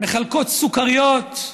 מחלקות סוכריות,